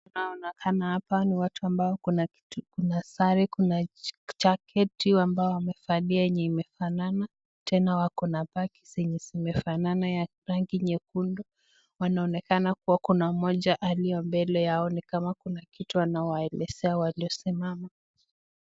Wanaoonekana hapa ni watu ambao kuna kitu, kuna sare, kuna jaketi ambayo wamevalia yenye imefanana tena wako na bagi zenye zimefanana ya rangi nyekundu. Wanaonekana kuwa kuna mmoja alio mbele yao ni kama kuna kitu anawaelezea waliosimama.